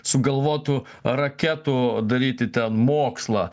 sugalvotų raketų daryti ten mokslą